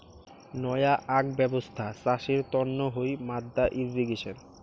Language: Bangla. নয়া আক ব্যবছ্থা চাষের তন্ন হই মাদ্দা ইর্রিগেশন